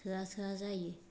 थोआ थोआ जायो